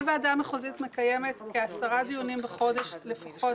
כל ועדה מחוזית מקיימת כעשרה דיונים בחודש לפחות,